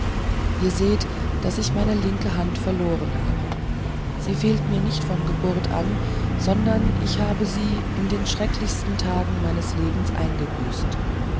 ihr sehet daß ich meine linke hand verloren habe sie fehlt mir nicht von geburt an sondern ich habe sie in den schrecklichsten tagen meines lebens eingebüßt